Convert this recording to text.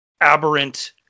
aberrant